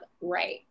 right